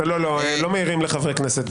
לא מעירים לחברי כנסת.